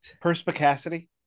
Perspicacity